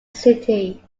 city